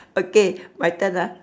okay my turn ah